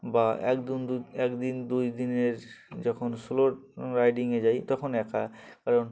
বা একদিন এক দিন দুই দিনের যখন সোলো রাইডিংয়ে যাই তখন একা কারণ